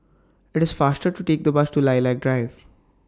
IT IS faster to Take The Bus to Lilac Drive